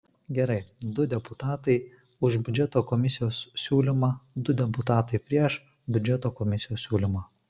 gerai du deputatai už biudžeto komisijos siūlymą du deputatai prieš biudžeto komisijos siūlymą